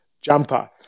jumper